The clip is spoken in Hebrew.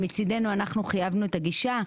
ואנחנו מצידנו חייבנו את הגישה.